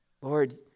Lord